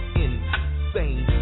insane